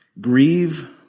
Grieve